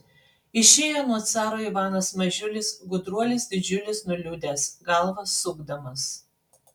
išėjo nuo caro ivanas mažiulis gudruolis didžiulis nuliūdęs galvą sukdamas